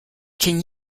can